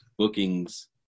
Bookings